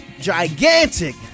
gigantic